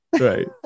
Right